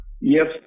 Yes